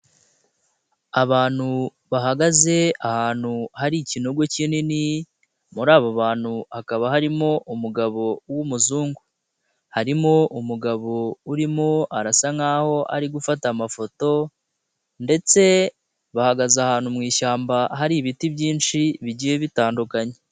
Abantu bahagaze ahantu hari ikinogo kinini, muri abo bantu hakaba harimo umugabo wumuzungu, harimo umugabo urimo arasa nk'aho ari gufata amafoto ndetse bahagaze ahantu mu ishyamba hari ibiti byinshi bigiye bitandukanye.